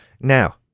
Now